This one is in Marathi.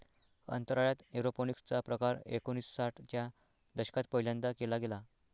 अंतराळात एरोपोनिक्स चा प्रकार एकोणिसाठ च्या दशकात पहिल्यांदा केला गेला